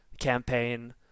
campaign